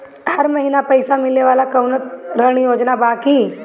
हर महीना पइसा मिले वाला कवनो ऋण योजना बा की?